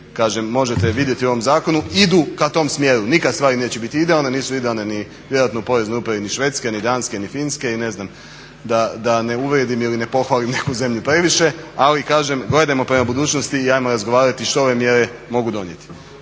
a vi možete vidjeti u ovom zakonu idu k tom smjeru. Nikad stvari neće biti idealne, nisu idealne vjerojatno u Poreznoj upravi Švedske, ni Finske, ni Danske ne znam, da ne uvrijedim ili ne pohvalim neku zemlju previše, ali kažem gledajmo prema budućnosti i ajmo razgovarati što ove mjere mogu donijeti.